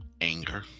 anger